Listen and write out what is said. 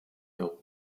darüber